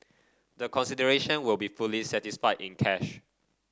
the consideration will be fully satisfied in cash